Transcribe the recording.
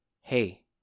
hey